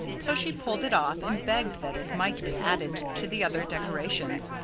so she pulled it off, and begged that it might be added to the other decorations.